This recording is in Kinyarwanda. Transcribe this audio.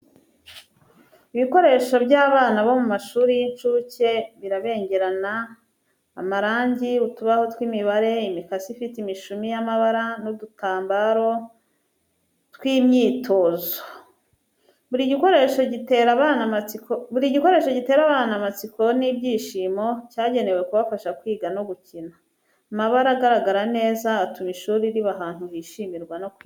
Ibikoresho by’abana bo mu mashuri y’incuke birabengerana, amarangi, utubaho tw’imibare, imikasi ifite imishumi y’amabara, n’udutambaro tw’imyitozo. Buri gikoresho gitera abana amatsiko n’ibyishimo, cyagenewe kubafasha kwiga no gukina. Amabara agaragara neza atuma ishuri riba ahantu hishimirwa no kwiga.